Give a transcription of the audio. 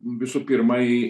visų pirma į